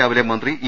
രാവിലെ മന്ത്രി ഇ